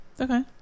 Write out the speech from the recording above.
Okay